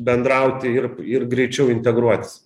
bendrauti ir ir greičiau integruotis